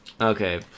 Okay